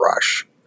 rush